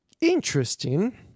interesting